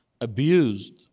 abused